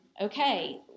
okay